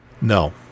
No